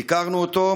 ביקרנו אותו.